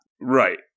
right